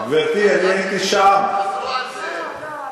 זה לא נכון.